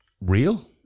real